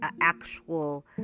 actual